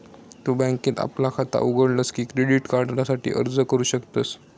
तु बँकेत आपला खाता उघडलस की क्रेडिट कार्डासाठी अर्ज करू शकतस